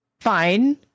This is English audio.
fine